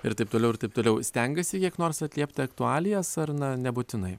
ir taip toliau ir taip toliau stengiesi kiek nors atliepti aktualijas ar na nebūtinai